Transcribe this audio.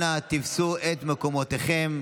אנא תפסו את מקומתכם.